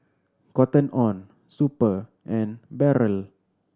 Cotton On Super and Barrel